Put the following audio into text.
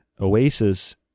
Oasis